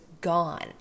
gone